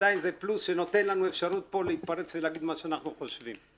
עדיין זה פלוס שנותן לנו אפשרות פה להתפרץ ולהגיד מה שאנחנו חושבים.